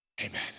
Amen